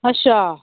अच्छा